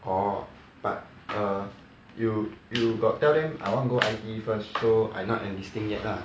orh but err you you got tell him I want go I_T_E first so I not enlisting yet lah